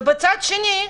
ומצד שני,